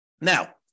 Now